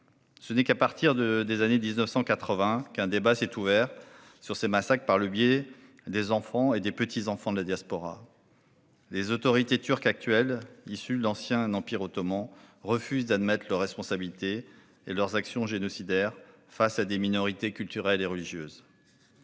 Ce n'est qu'à partir des années 1980 qu'un débat s'est ouvert sur ces massacres, par le biais des enfants et des petits-enfants de la diaspora. Les autorités turques actuelles, issues de l'ancien Empire ottoman, refusent d'admettre leurs responsabilités et leurs actions génocidaires face à des minorités culturelles et religieuses.